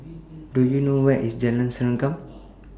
Do YOU know Where IS Jalan Serengam